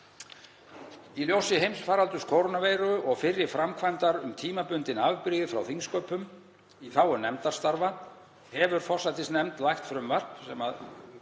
Í ljósi heimsfaraldurs kórónuveiru og fyrri framkvæmdar um tímabundin afbrigði frá þingsköpum í þágu nefndarstarfa hefur forsætisnefnd lagt fram